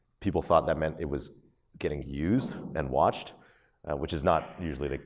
people thought that meant it was getting used and watched which is not usually, like